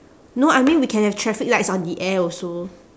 no I mean we can have traffic lights on the air also